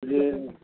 जी